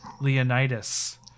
leonidas